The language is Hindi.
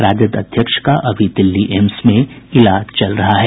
राजद अध्यक्ष का अभी दिल्ली एम्स में इलाज चल रहा है